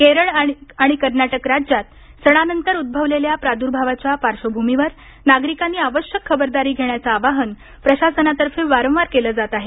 केरळ आणि कर्नाटक राज्यांत सणानंतर उद्रवलेल्या प्रादुर्भावाच्या पार्श्वयभूमीवर नागरिकांनी आवश्यनक खबरदारी घेण्याचे आवाहन प्रशासनातर्फे वारंवार केले जात आहे